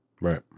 Right